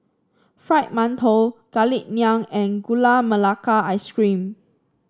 Fried Mantou Garlic Naan and Gula Melaka Ice Cream